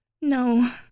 No